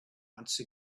once